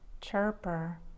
chirper